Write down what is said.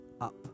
up